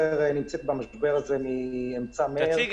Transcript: לי קוראים